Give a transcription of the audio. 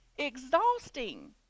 exhausting